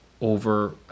over